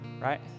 right